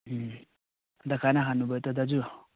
अन्त खाना खानु भयो त दाजु